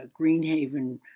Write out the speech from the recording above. Greenhaven